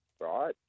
right